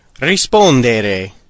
Rispondere